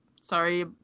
Sorry